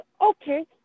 okay